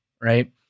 right